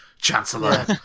Chancellor